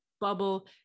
bubble